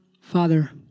Father